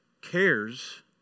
cares